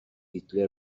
هیتلر